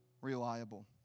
reliable